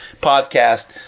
podcast